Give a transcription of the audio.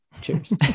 cheers